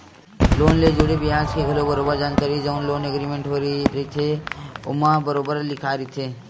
loan ले जुड़े बियाज के घलो बरोबर जानकारी जउन लोन एग्रीमेंट होय रहिथे ओमा बरोबर लिखाए रहिथे